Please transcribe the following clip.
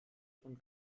von